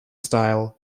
style